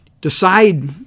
decide